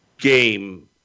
game